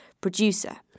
producer